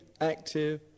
active